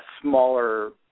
smaller